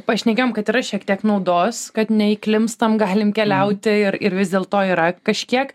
pašnekėjom kad yra šiek tiek naudos kad neįklimpstam galim keliauti ir ir vis dėlto yra kažkiek